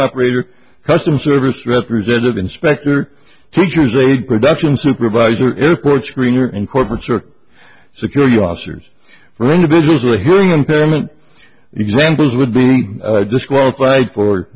operator customer service representative inspector teachers a production supervisor airport screener and corporates are security officers for individuals with hearing impairment and examples would be disqualified for